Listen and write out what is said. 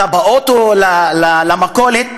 אתה באוטו למכולת.